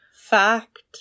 fact